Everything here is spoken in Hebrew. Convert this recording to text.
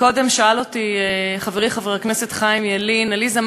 קודם שאל אותי חברי חבר הכנסת חיים ילין: עליזה,